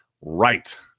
right